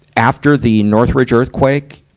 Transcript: after the northridge earthquake,